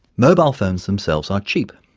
mobile phones themselves are cheap,